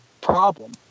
problem